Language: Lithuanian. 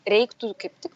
reiktų kaip tik